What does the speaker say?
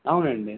అవును అండి